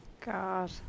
God